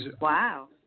wow